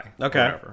Okay